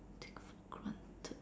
take for granted